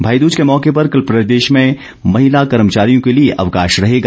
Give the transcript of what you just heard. भाईदूज के मौके पर कल प्रदेश में महिला कर्मचारियों के लिए अवकाश रहेगा